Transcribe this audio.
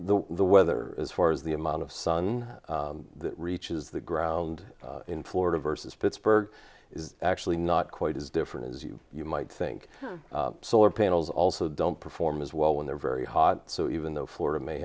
is the weather as far as the amount of sun that reaches the ground in florida versus pittsburgh is actually not quite as different as you you might think solar panels also don't perform as well when they're very hot so even though florida may